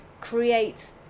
create